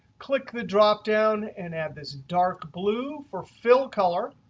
click the dropdown, and and this dark blue for fill color.